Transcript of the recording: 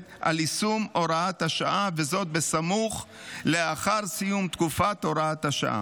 על יישום הוראת השעה סמוך לאחר סיום תקופת הוראת השעה.